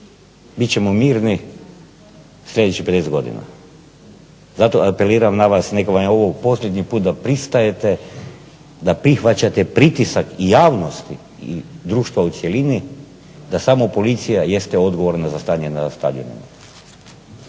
Bit ćemo mirni sljedećih 50 godina. Zato apeliram na vas neka vam je ovo posljednji put da pristajete da prihvaćate pritisak i javnosti i društva u cjelini da samo policija jeste odgovorna za stanje na stadionu.